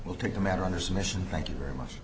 will take the matter under submission thank you very much